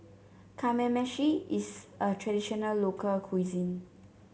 Kamameshi is a traditional local cuisine